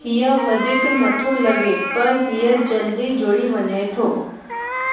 हीउ वधीक नथो लॻे पर हीउ जल्दी जुड़ी वञे थो